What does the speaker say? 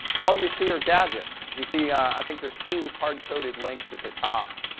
all you see are gadgets. you see, i think there's two hard-coded links at the top.